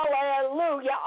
hallelujah